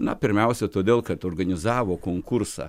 na pirmiausia todėl kad organizavo konkursą